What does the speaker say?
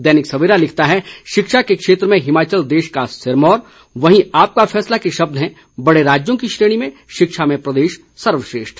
दैनिक सवेरा लिखता है शिक्षा के क्षेत्र में हिमाचल देश का सिरमौर वहीं आपका फैसला के शब्द हैं बड़े राज्यों की श्रेणी में शिक्षा में प्रदेश सर्वश्रेष्ठ